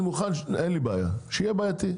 אין לי בעיה, שיהיה בעייתי.